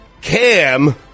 Cam